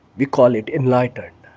we call it enlightened.